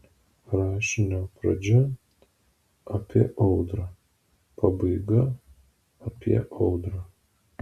rašinio pradžia apie audrą pabaiga apie audrą